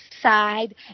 side